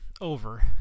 Over